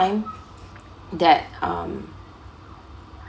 that um